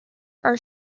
are